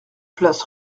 place